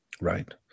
right